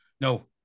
No